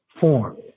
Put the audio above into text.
form